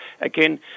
again